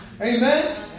Amen